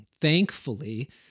Thankfully